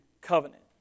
covenant